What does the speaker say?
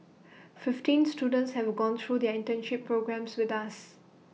fifteen students have gone through their internship programme with us